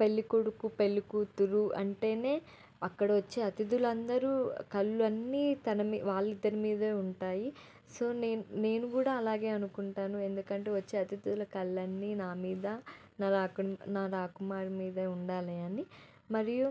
పెళ్ళికొడుకు పెళ్ళికూతురు అంటేనే అక్కడ వచ్చే అతిధులు అందరూ కళ్ళు అన్ని తనమీ వాళ్ళిద్దరి మీదే ఉంటాయి సో నేను నేను కూడా అలాగే అనుకుంటాను ఎందుకంటే వచ్చే అతిధుల కళ్ళన్నీ నా మీద నా రాకు నా రాకుమారుడి మీదే ఉండాలని మరియు